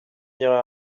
dirai